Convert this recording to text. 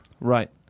Right